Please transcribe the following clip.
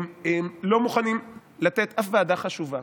מוכנים לתת אף ועדה חשובה.